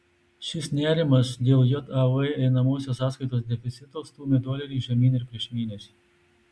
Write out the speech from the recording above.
šis nerimas dėl jav einamosios sąskaitos deficito stūmė dolerį žemyn ir prieš mėnesį